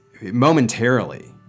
Momentarily